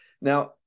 Now